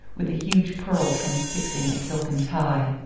with a huge pearl transfixing a silken tie.